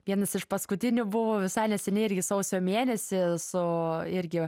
vienas iš paskutinių buvo visai neseniai irgi sausio mėnesį su irgi